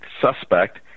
suspect